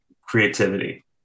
creativity